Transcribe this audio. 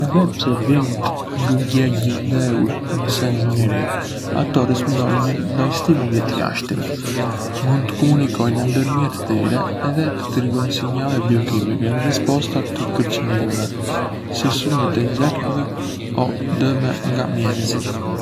Edhe pse bimët ngë gjegënj dhëúr në senx njërí, ato rrëspëndonjën ndaj stimujve të jashtëm. Mund të komunikojnë ndërmjet tyre edhe të dërgojnë sinjale biokimike në rrësposta të kërcënimeve, si sulmet e insekteve o dëme nga mjedisi.